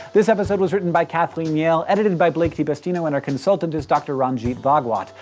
this episode was written by kathleen yale, edited by blake de pastino, and our consultant is dr. ranjit bhagwat.